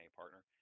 partner